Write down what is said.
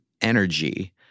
energy